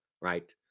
right